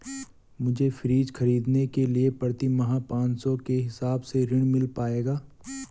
मुझे फ्रीज खरीदने के लिए प्रति माह पाँच सौ के हिसाब से ऋण मिल पाएगा?